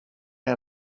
neu